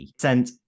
sent